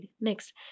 next